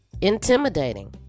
intimidating